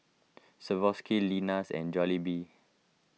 Swarovski Lenas and Jollibee